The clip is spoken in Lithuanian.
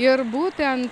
ir būtent